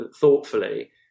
thoughtfully